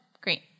Great